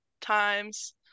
times